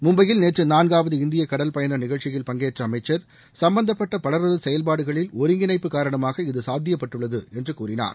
மும்பையில் நேற்று நான்காவது இந்திய கடல் பயண நிகழ்ச்சியில் பங்கேற்ற அமைச்சர் சும்பந்தப்பட்ட பலரது செயல்பாடுகளில் ஒருங்கிணைப்பு காரணமாக இது சாத்தியப்பட்டுள்ளது என்று கூறினார்